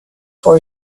for